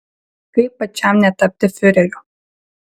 kaip pačiam netapti fiureriu